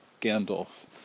Gandalf